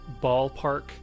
ballpark